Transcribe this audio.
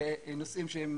ונושאים שהם